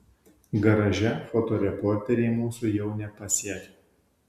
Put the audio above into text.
garaže fotoreporteriai mūsų jau nepasiekia